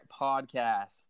podcast